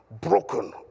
broken